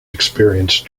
experienced